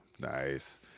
nice